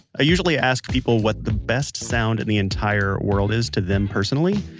i usually ask people what the best sound in the entire world is to them personally.